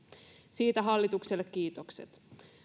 siitä hallitukselle kiitokset